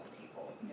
people